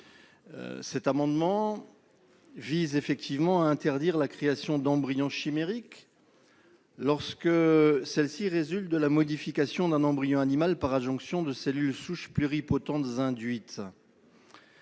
Cet amendement vise à interdire la création d'embryons chimériques qui pourrait résulter de la modification d'un embryon animal par adjonction de cellules souches pluripotentes induites.